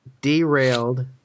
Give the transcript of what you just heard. derailed –